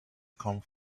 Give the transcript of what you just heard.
come